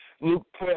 Luke